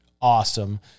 awesome